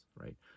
right